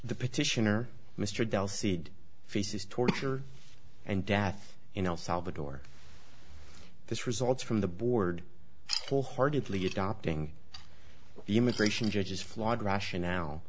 the petitioner mr del seed faces torture and death in el salvador this results from the board full heartedly adopting the immigration judges flawed russia now